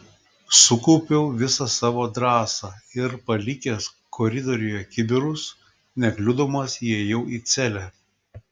sukaupiau visą savo drąsą ir palikęs koridoriuje kibirus nekliudomas įėjau į celę